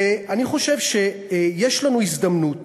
ואני חושב שיש לנו הזדמנות,